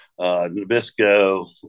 Nabisco